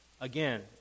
again